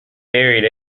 buried